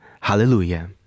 Hallelujah